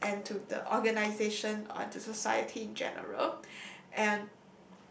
and to the organization or to society in general and